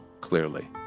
clearly